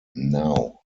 now